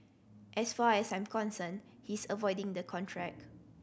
as far as I'm concerned he's avoiding the contract